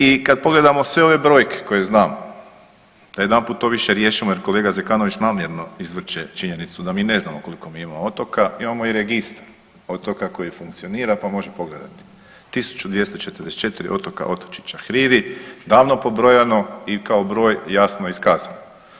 I kad pogledamo sve ove brojke koje znamo da jedanput to više riješimo jer kolega Zekanović namjerno izvrće činjenicu da mi ne znamo koliko mi imamo otoka imamo i Registar otoka koji funkcionira pa može pogledati 1244 otoka, otočića, hridi davno pobrojano i kao broj jasno iskazano.